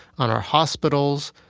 on our hospitals,